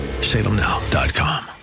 salemnow.com